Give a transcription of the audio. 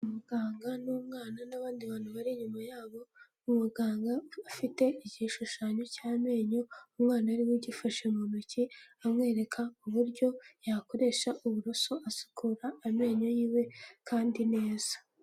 Umuganga n'umwana n'abandi bantu bari inyuma yabo, umuganga afite igishushanyo cy'amenyo, umwana ari we ugifashe mu ntoki, amwereka uburyo yakoresha uburoso asukura amenyo y'iwe kandi neza.